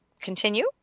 continue